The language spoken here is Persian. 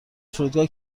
فرودگاه